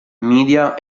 media